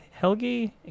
Helgi